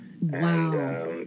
Wow